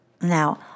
Now